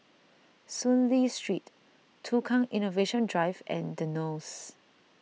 Soon Lee Street Tukang Innovation Drive and the Knolls